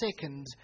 second